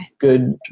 good